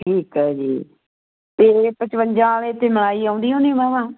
ਠੀਕ ਐ ਜੀ ਤੇ ਪਜਵੰਜਾ ਆਲੇ ਤੇ ਮਲਾਈ ਆਉਂਦੀ ਹੋਨੀ